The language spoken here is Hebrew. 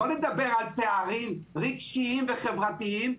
לא לדבר על פערים רגשיים וחברתיים,